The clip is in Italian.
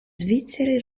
svizzeri